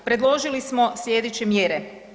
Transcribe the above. Predložili smo slijedeće mjere.